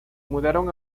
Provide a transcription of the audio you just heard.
mudaron